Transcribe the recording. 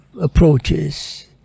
approaches